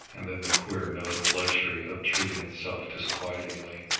and then the queer note of luxury obtruding itself disquietingly,